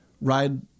ride